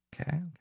Okay